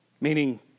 Meaning